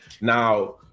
Now